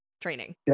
Training